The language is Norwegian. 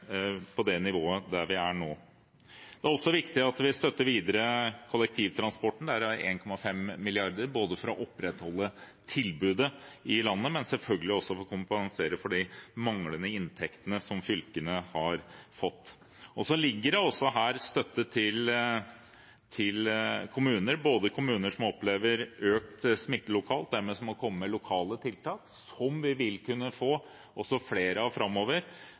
opprettholde tilbudet i landet, men selvfølgelig også for å kompensere for de manglende inntektene til fylkene. Så ligger det også støtte her til kommuner, kommuner som opplever økt smitte lokalt og dermed må komme med lokale tiltak – noe som vi også vil kunne få flere av framover